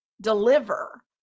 deliver